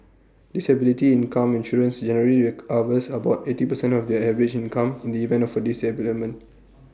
disability income insurance generally recovers about eighty percent of their average income in the event of for disablement